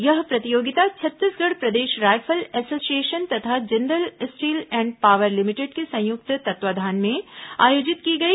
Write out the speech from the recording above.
यह प्रतियोगिता छत्तीसगढ़ प्रदेश रायफल एसोसिएशन तथा Jindal steel and power limited के संयुक्त तत्वावधान में आयोजित की गई